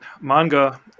manga